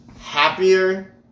happier